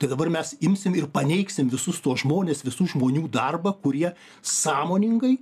tai dabar mes imsim ir paneigsim visus tuos žmones visų žmonių darbą kurie sąmoningai